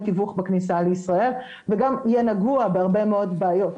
תיווך בכניסה לישראל וגם יהיה נגוע בהרבה מאוד בעיות.